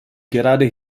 gerade